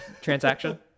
transaction